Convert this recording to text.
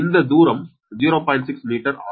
6 metre ஆகும்